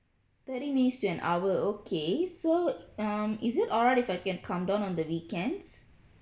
thirty minutes to an hour okay so um is it alright if I can come down on the weekends